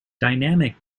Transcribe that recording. dynamic